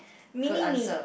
mini me